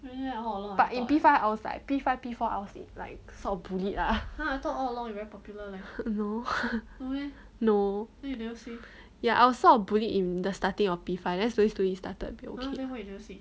but in P five I was like P five P four I was like sort of bullied lah no no ya I was sort of bullied in the starting of P five need then slowly slowly it started to be okay